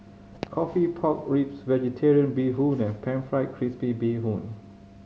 coffee pork ribs Vegetarian Bee Hoon and Pan Fried Crispy Bee Hoon